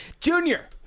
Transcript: Junior